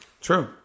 True